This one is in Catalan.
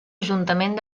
ajuntament